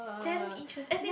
it's damn interest~ as in